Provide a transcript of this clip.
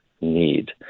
need